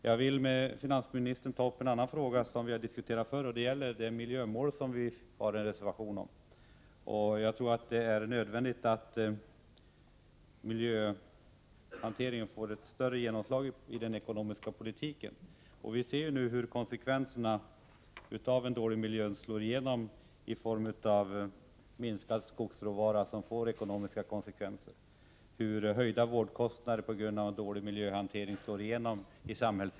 Jag vill med finansministern diskutera miljömålet, som vi har behandlat tidigare och som vi har en reservation om. Enligt min mening är det nödvändigt att miljöhanteringen får ett större genomslag i den ekonomiska politiken. Vi ser hur konsekvenserna av en dålig miljö slår igenom i form av en minskning av skogsråvaran, vilket får ekonomiska följder. Vidare ser vi att det blir en höjning av vårdkostnaderna på grund av dålig miljöhantering.